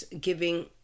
giving